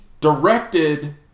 directed